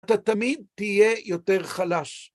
אתה תמיד תהיה יותר חלש.